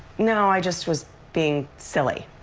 no, i just was being silly.